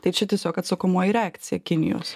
tai čia tiesiog atsakomoji reakcija kinijos